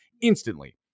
instantly